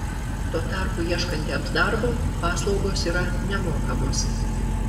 tuo tarpu ieškantiems darbo paslaugos yra nemokamos